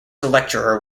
lecturer